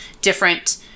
different